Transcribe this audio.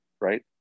right